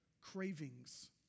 cravings